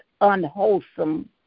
unwholesome